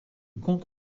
compte